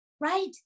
right